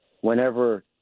whenever